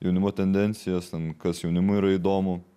jaunimo tendencijas ten kas jaunimui yra įdomu